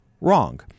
wrong